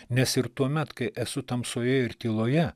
nes ir tuomet kai esu tamsoje ir tyloje